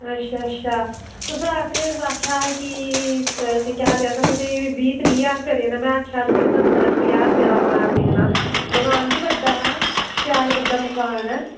अच्छा अच्छा तुसें असेंई आखेआ कि केह् आखदे असें तुसेंई बीह् त्रीह् ज्हार रुपया देना में आखेआ हा तुसेंई सत्तर अस्सी ज्हार रुपये दा मकान बेचना मकान बी बड्डा हा शैल बड्डा मकान ऐ